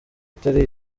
itari